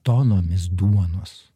tonomis duonos